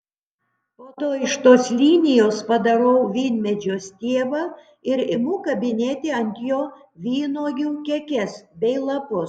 po to iš tos linijos padarau vynmedžio stiebą ir imu kabinėti ant jo vynuogių kekes bei lapus